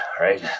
right